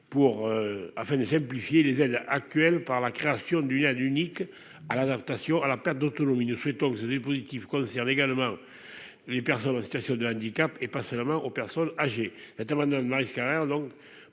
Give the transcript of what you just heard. afin de simplifier les aides actuelles par la création d'une aide unique à l'adaptation à la perte d'autonomie, nous souhaitons que ce dispositif concerne également les personnes en situation de handicap et pas seulement aux personnes âgées, notamment de Maryse Carrère donc